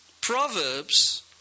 Proverbs